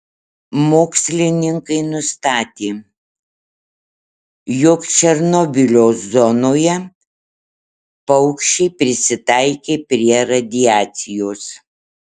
mokslininkai nustatė jog černobylio zonoje paukščiai prisitaikė prie radiacijos